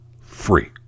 free